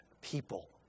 people